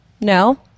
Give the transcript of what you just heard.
No